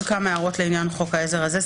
יש לי עוד כמה הערות לעניין חוק העזר הזה.